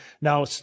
Now